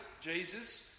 Jesus